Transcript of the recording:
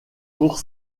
pour